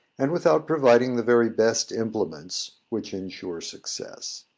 and without providing the very best implements, which insure success.